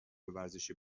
ورزشی